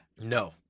No